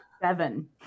Seven